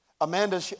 Amanda